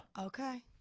Okay